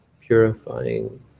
purifying